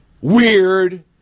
weird